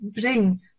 bring